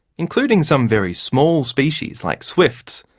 including some very small species like swifts,